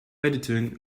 editing